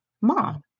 mom